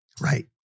Right